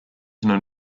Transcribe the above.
known